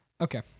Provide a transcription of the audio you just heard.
Okay